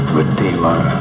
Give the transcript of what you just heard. redeemer